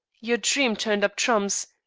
your dream turned up trumps,